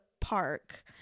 park